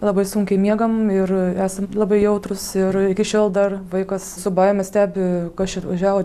labai sunkiai miegam ir esam labai jautrūs ir iki šiol dar vaikas su baime stebi kas čia atvažiavo